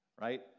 right